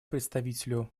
представителю